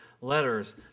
letters